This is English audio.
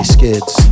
Skids